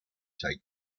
take